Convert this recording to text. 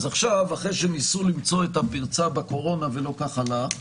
אחרי שניסו למצוא את הפרצה בקורונה ולא כך הלך,